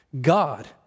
God